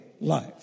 life